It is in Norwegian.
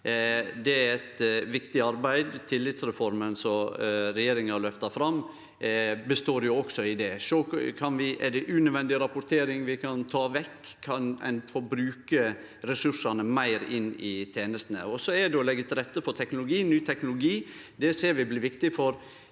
Det er eit viktig arbeid. Tillitsreforma som regjeringa har løfta fram, er også ein del av det. Er det unødvendig rapportering vi kan ta vekk? Kan ein bruke ressursane meir inn i tenestene? Og så er det å leggje til rette for teknologi – ny teknologi. Det ser vi blir viktig, for